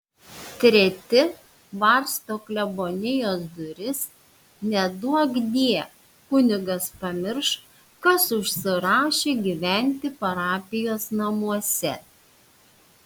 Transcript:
treti varsto klebonijos duris neduokdie kunigas pamirš kas užsirašė gyventi parapijos namuose